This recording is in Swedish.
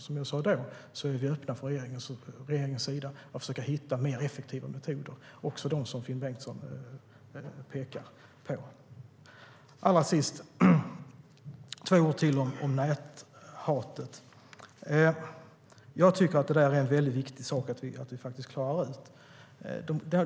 Som jag sa då är vi från regeringens sida öppna för att försöka hitta effektivare metoder, också sådana som Finn Bengtsson pekar på. Jag vill säga några ord till om näthatet, som är en väldigt viktig sak att klara ut.